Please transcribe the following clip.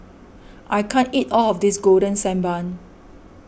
I can't eat all of this Golden Sand Bun